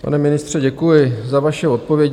Pane ministře, děkuji za vaše odpovědi.